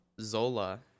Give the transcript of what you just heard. Zola